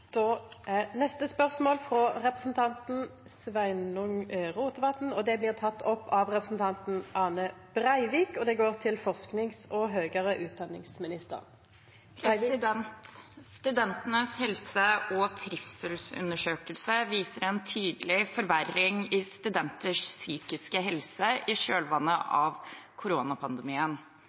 representanten Sveinung Rotevatn til forskings- og høgre utdanningsminister, vil bli teke opp av representanten Ane Breivik. «Studentenes helse- og trivselsundersøkelse viser en tydelig forverring i studenters psykiske helse i kjølvannet av